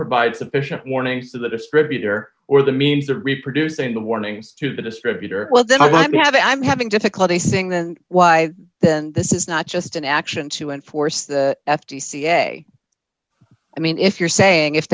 provide sufficient warnings to the distributor or the means to reproducing the warnings to the distributor well then i might have i'm having difficulty saying then why then this is not just an action to enforce the f t c a i mean if you're saying if